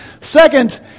Second